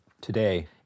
today